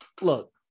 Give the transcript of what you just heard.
look